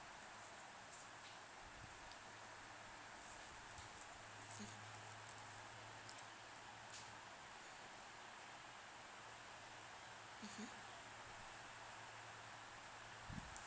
mm mmhmm